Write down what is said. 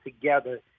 together